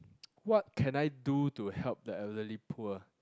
what can I do to help the elderly poor